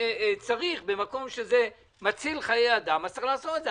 חושב שבמקום שזה מציל חיי אדם צריך לעשות את זה.